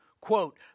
Quote